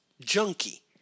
junkie